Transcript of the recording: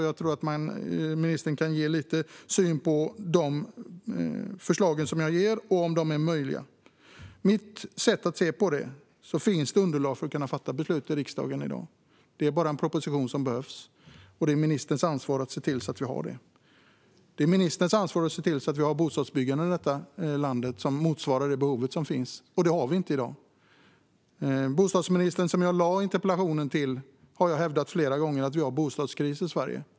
Jag tror att ministern kan ge en liten syn på de förslag som läggs fram och om de är möjliga att införa. Enligt mitt sätt att se på det finns det underlag för att kunna fatta beslut i riksdagen i dag. Det behövs bara en proposition. Det är ministerns ansvar att se till att vi får en sådan. Det är ministerns ansvar att se till att vi har bostadsbyggande i landet som motsvarar det behov som finns. Det har vi inte i dag. Jag ställde interpellationen till bostadsministern. Till honom har jag flera gånger hävdat att vi har en bostadskris i Sverige.